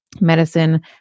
medicine